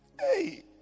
Hey